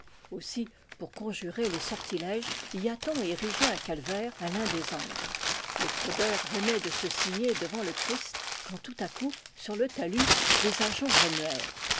aussi pour conjurer les sortilèges y a-t-on érigé un calvaire à l'un des angles les fraudeurs venaient de se signer devant le christ quand tout à coup sur le talus les ajoncs